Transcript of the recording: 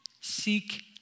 Seek